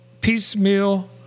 piecemeal